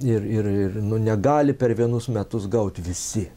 ir ir ir nu negali per vienus metus gaut visi